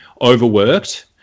overworked